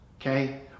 okay